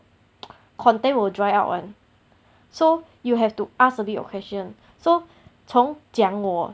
content will dry out one so you have to ask a bit of question so 从讲我